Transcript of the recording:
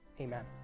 Amen